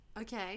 Okay